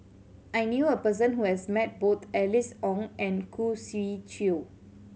I knew a person who has met both Alice Ong and Khoo Swee Chiow